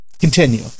continue